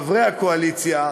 חברי הקואליציה,